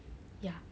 ya